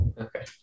Okay